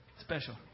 special